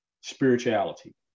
spirituality